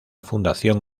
fundación